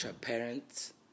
parents